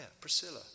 Priscilla